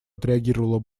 отреагировало